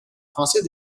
français